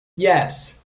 yes